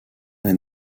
est